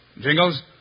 Jingles